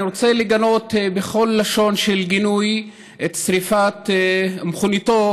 אני רוצה לגנות בכל לשון של גינוי את שרפת מכוניתו